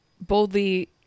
boldly